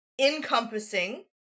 encompassing